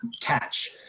catch